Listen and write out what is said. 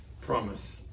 promise